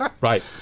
Right